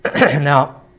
Now